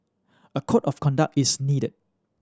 a code of conduct is needed